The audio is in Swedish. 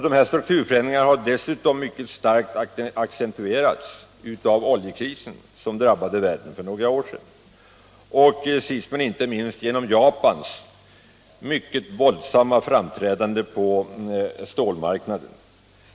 Dessa strukturförändringar har dessutom mycket starkt accentuerats av oljekrisen, som drabbade världen för några år sedan, och sist men inte minst genom Japans mycket våldsamma framträdande på stål marknaden.